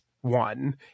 one